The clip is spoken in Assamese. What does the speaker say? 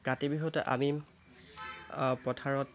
কাতি বিহুত আমি পথাৰত